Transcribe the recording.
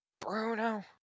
Bruno